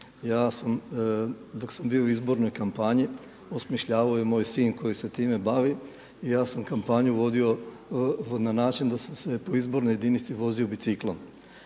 dok sam bio u izbornoj kampanji osmišljavao je moj sin koji se time bavi i ja sam kampanju vodio na način da sam se po izbornoj jedinici vozio biciklom